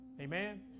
Amen